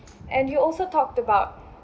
and you also talked about